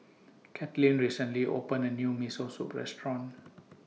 Katlin recently opened A New Miso Soup Restaurant